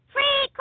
Free